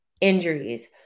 injuries